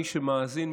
מי שמאזין,